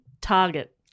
Target